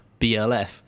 BLF